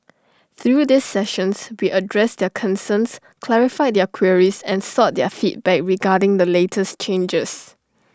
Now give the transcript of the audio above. through these sessions we addressed their concerns clarified their queries and sought their feedback regarding the latest changes